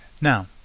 Now